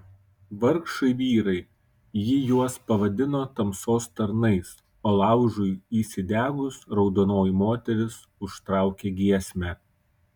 vargšai vyrai ji juos pavadino tamsos tarnais o laužui įsidegus raudonoji moteris užtraukė giesmę